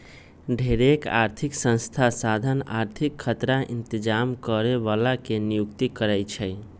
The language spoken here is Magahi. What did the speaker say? ढेरेक आर्थिक संस्था साधन आर्थिक खतरा इतजाम करे बला के नियुक्ति करै छै